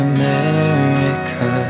America